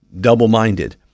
double-minded